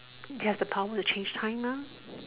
he has the power to change time mah